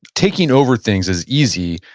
taking over things is easy,